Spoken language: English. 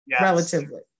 relatively